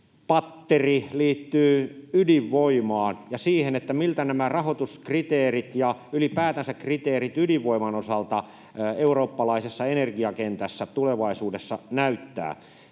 patteri liittyy ydinvoimaan ja siihen, miltä nämä rahoituskriteerit ja ylipäätänsä kriteerit ydinvoiman osalta eurooppalaisessa energiakentässä tulevaisuudessa näyttävät.